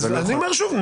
אז אני אומר שוב,